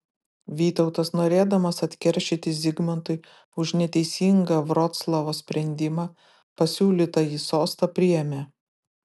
vytautas norėdamas atkeršyti zigmantui už neteisingą vroclavo sprendimą pasiūlytąjį sostą priėmė